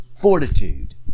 fortitude